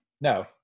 No